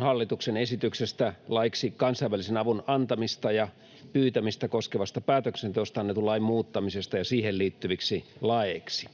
4 - Hallituksen esitys eduskunnalle laiksi kansainvälisen avun antamista ja pyytämistä koskevasta päätöksenteosta annetun lain muuttamisesta ja siihen liittyviksi laeiksi